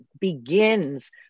begins